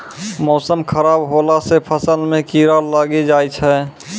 मौसम खराब हौला से फ़सल मे कीड़ा लागी जाय छै?